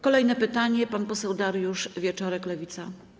Kolejne pytanie, pan poseł Dariusz Wieczorek, Lewica.